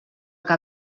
que